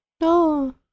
no